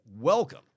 Welcome